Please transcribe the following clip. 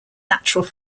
natural